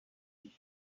river